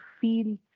feel